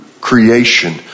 creation